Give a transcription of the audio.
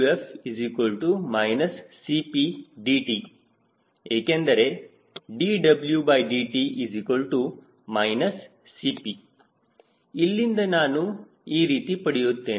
P ಮತ್ತು dWf CPdt ಏಕೆಂದರೆ dWdt CP ಇಲ್ಲಿಂದ ನಾನು ಈ ರೀತಿ ಪಡೆಯುತ್ತೇನೆ